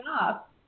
up